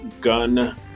gun